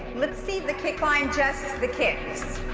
let's see the kick line just the kicks.